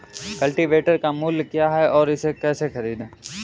Cultivator का मूल्य क्या है और इसे कैसे खरीदें?